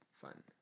Fun